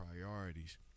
priorities